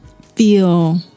feel